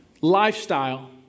lifestyle